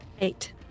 eight